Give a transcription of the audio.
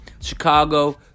Chicago